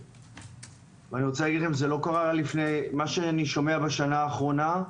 מה שאני שומע בשנה האחרונה,